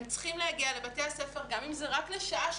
הם צריכים להגיע לבתי הספר גם אם זה רק לשעה או